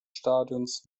stadions